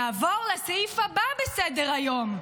נעבור לסעיף הבא בסדר-היום,